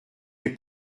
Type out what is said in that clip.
les